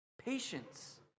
Patience